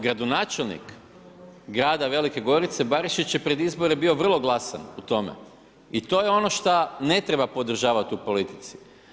Gradonačelnik grada Velike Gorice, Barišić je pred izbore bio vrlo glasan u tome i to je ono šta ne treba podržavati u politici.